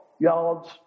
yards